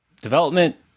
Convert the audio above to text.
development